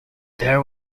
there